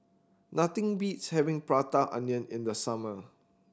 nothing beats having Prata Onion in the summer